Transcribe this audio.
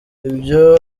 ibyo